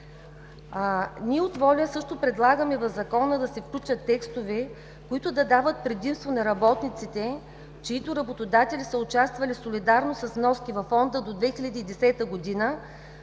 Ние от „Воля“ също предлагаме в Закона да се включат текстове, които да дават предимство на работниците, чиито работодатели са участвали солидарно с вноски във Фонда до 2010 г.,